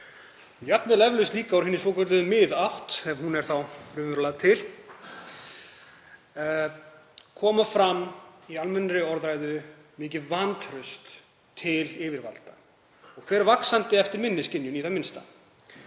og eflaust líka úr hinni svokölluðu miðátt, ef hún er þá til, kemur fram í almennri orðræðu mikið vantraust til yfirvalda og fer vaxandi, eftir minni skynjun í það minnsta.